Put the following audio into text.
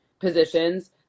positions